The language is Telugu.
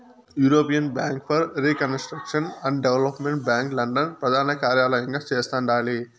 European bank for reconstruction and development bank London ప్రదానకార్యలయంగా చేస్తండాలి